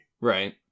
Right